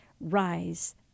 rise